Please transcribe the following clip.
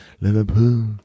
Liverpool